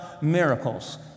miracles